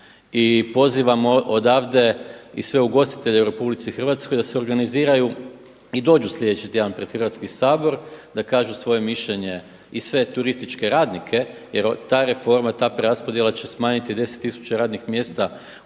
I pozivamo odavde i sve ugostitelje u RH da se organiziraju i dođu sljedeći tjedan pred Hrvatski sabor da kažu svoje mišljenje i sve turističke radnike jer ta reforma, ta preraspodjela će smanjiti 10 tisuća radnih mjesta u